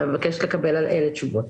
אבקש לקבל על אלה תשובות.